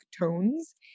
Tones